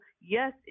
yes